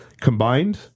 combined